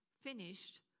finished